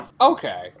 Okay